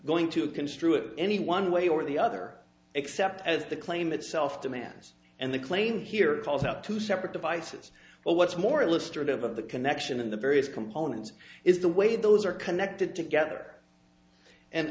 going to construe it any one way or the other except as the claim itself demands and the claim here calls out two separate devices well what's more a lister live of the connection in the various components is the way those are connected together and